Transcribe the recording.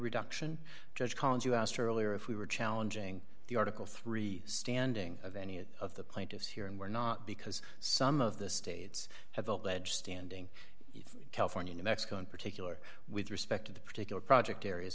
reduction judge collins you asked earlier if we were challenging the article three standing of any of the plaintiffs here and we're not because some of the states have all that standing california new mexico in particular with respect to the particular project areas